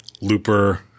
Looper